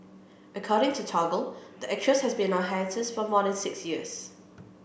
according to Toggle the actress has been on a hiatus for more than six years